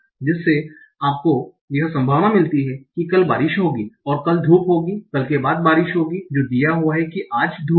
जिससे आपको यह संभावना मिलती है कि कल बारिश होगी और कल धूप होगी कल के बाद बारिश होगी जो दिया हुआ हैं की आज धूप है